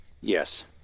Yes